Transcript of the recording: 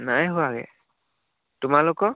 নাই হোৱাগৈ তোমালোকৰ